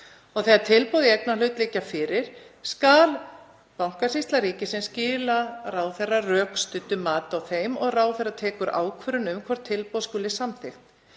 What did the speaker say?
Þegar tilboð í eignarhlut liggja fyrir skal Bankasýsla ríkisins skila ráðherra rökstuddu mati á þeim og ráðherra tekur ákvörðun um hvort tilboð skuli samþykkt.